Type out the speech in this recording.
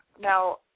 Now